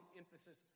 emphasis